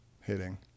hitting